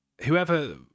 Whoever